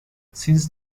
since